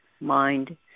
mind